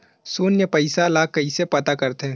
शून्य पईसा ला कइसे पता करथे?